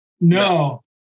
No